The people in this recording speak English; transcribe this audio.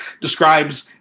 describes